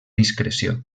discreció